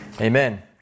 Amen